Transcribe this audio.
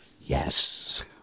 Yes